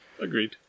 Agreed